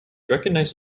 recognised